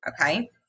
okay